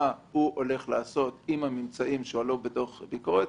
הוא הולך לעשות עם הממצאים שעלו בדוח הביקורת.